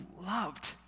loved